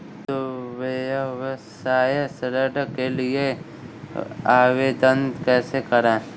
लघु व्यवसाय ऋण के लिए आवेदन कैसे करें?